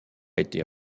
été